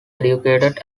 educated